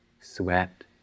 sweat